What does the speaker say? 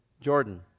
Jordan